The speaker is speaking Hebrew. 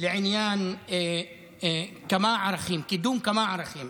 לעניין קידום כמה ערכים: